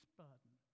burden